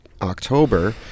October